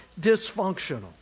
dysfunctional